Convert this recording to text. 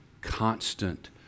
constant